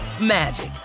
magic